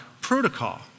protocol